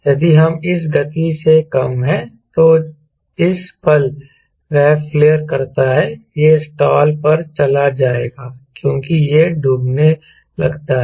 यदि यह इस गति से कम है तो जिस पल वह फ्लेयर करता है यह स्टाल पर चला जाएगा क्योंकि यह डूबने लगता है